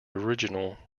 original